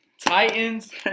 Titans